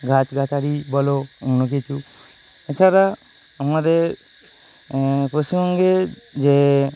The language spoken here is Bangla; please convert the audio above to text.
গাছগাছালিই বল অন্য কিছু এছাড়া আমাদের পশ্চিমবঙ্গের যে